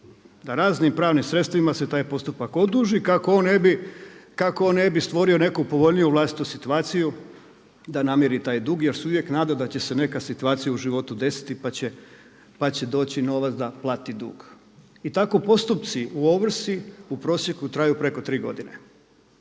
da raznim pravnim sredstvima se taj postupak oduži kako on ne bi stvorio neku povoljniju vlastitu situaciju da namiri taj dug jer se uvijek nada da će se neka situacija u životu desiti pa će doći novac da plati dug. I tako postupci u ovrsi u prosjeku traju preko 3 godine,